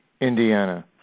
Indiana